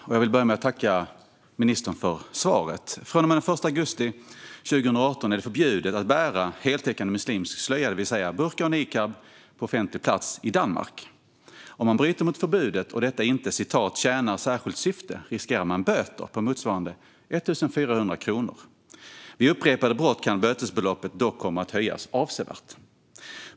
Fru talman! Jag tackar ministern för svaret. Från och med den 1 augusti 2018 är det förbjudet att bära heltäckande muslimsk slöja, det vill säga burka och niqab, på offentlig plats i Danmark. Om man bryter mot förbudet och detta inte "tjänar ett särskilt syfte" riskerar man böter på motsvarande 1 400 kronor. Vid upprepade brott kan dock bötesbeloppet komma att höjas avsevärt.